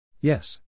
Yes